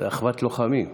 זו אחוות לוחמים.